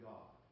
God